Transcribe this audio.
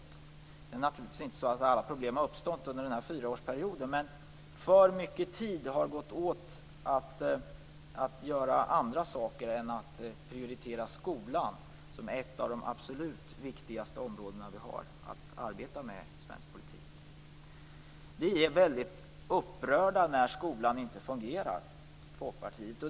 Det är naturligtvis inte så att alla problem har uppstått under den här fyraårsperioden, men för mycket tid har gått åt till att göra andra saker än att prioritera skolan, som är ett av de absolut viktigaste områden som vi har att arbeta med i svensk politik. Vi i Folkpartiet blir väldigt upprörda när skolan inte fungerar.